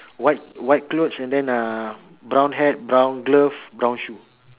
white white clothes and then uh brown haired brown glove brown shoe